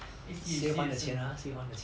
A_C J_C 也是